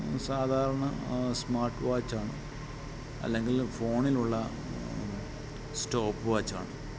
സാധാരണ സ്മാർട്ട്വാച്ച് ആണ് അല്ലെങ്കിലും ഫോണിലുള്ള സ്റ്റോപ്പ്വാച്ച് ആണ്